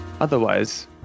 Otherwise